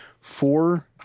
four